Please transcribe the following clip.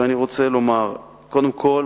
ואני רוצה לומר קודם כול